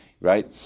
right